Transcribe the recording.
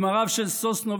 עם הרב של סוסנוביץ',